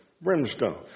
brimstone